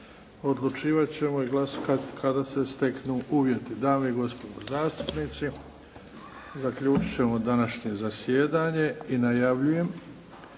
Odlučivat ćemo i glasovati kada se steknu uvjeti. Dame i gospodo zastupnici zaključit ćemo današnje zasjedanje i najavljujem